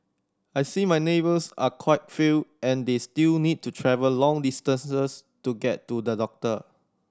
I see my neighbours are quite fail and they still need to travel long distances to get to the doctor